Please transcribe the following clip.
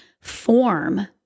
form